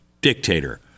Dictator